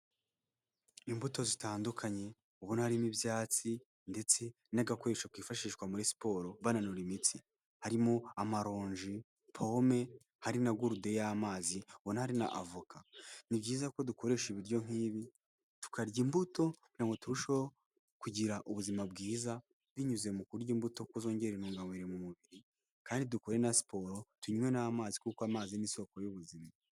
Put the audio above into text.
Imbuto zitandukanye ubona harimo ibyatsi ndetse n'agakoresho kifashishwa muri siporo bananura imitsi. Harimo amaronji, pome. Hari na gurude y'amazi. Ubona hari na avoka. Ni byiza ko dukoresha ibiryo nk'ibi tukarya imbuto kugira ngo turusheho kugira ubuzima bwiza binyuze mu kurya imbuto kuko zongera intungamubiri mu mubiri, kandi dukore na siporo, tunywe n'amazi kuko amazi n'isoko y'ubuzima.